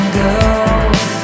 girls